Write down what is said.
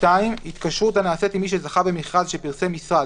(2)התקשרות הנעשית עם מי שזכה במכרז שפרסם משרד,